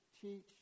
teach